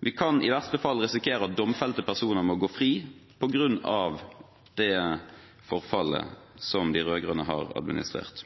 Vi kan i verste fall risikere at domfelte personer må gå fri på grunn av det forfallet som de rød-grønne har administrert.